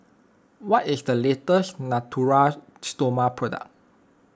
what is the latest Natura Stoma product